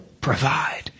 provide